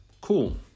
Cool